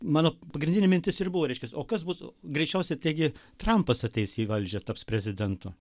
mano pagrindinė mintis ir buvo reiškias o kas bus greičiausiai taigi trampas ateis į valdžią taps prezidentu